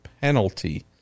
penalty